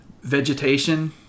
vegetation